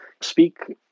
speak